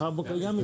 מה זה, על האנרגיה?